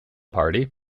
party